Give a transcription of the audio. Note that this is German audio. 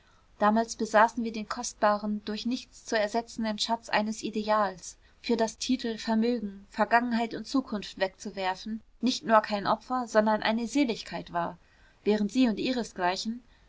damals besaßen wir den kostbaren durch nichts zu ersetzenden schatz eines ideals für das titel vermögen vergangenheit und zukunft wegzuwerfen nicht nur kein opfer sondern eine seligkeit war während sie und ihresgleichen